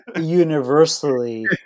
Universally